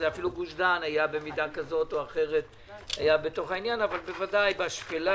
ואפילו גוש דן היה במידה כזאת או אחרת בתוך העניין אבל בוודאי בשפלה,